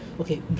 okay